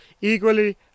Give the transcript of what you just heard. equally